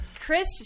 Chris